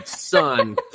son